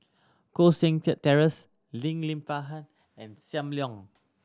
Koh Seng Kiat Terence Lim and Sam Leong